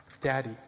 Daddy